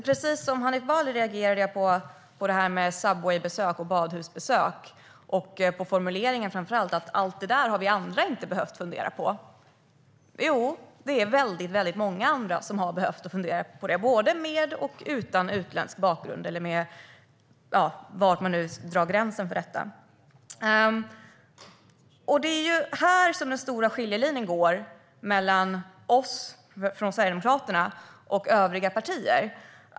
Precis som Hanif Bali reagerade jag på det här med Subwaybesök och badhusbesök och framför allt på påståendet att vi andra inte har behövt fundera på allt det där. Jo, det är väldigt många andra som har behövt fundera på det, både med och utan utländsk bakgrund, var man nu drar gränsen för detta. Det är här den stora skiljelinjen går mellan oss från Sverigedemokraterna och övriga partier.